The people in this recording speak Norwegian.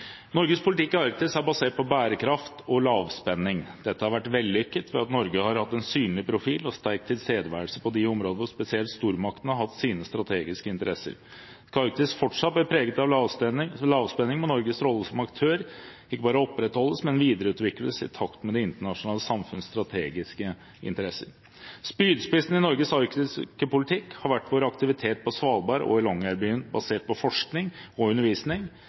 Norges politikk i Arktis er basert på bærekraft og lavspenning. Dette har vært vellykket ved at Norge har hatt en synlig profil og sterk tilstedeværelse på de områder hvor spesielt stormaktene har hatt sine strategiske interesser. Skal Arktis fortsatt være preget av lavspenning, må Norges rolle som aktør ikke bare opprettholdes, men videreutvikles i takt med det internasjonale samfunns strategiske interesser. Spydspissen i Norges arktiske politikk har vært vår aktivitet på Svalbard og i Longyearbyen basert på forskning og undervisning,